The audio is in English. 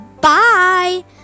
Bye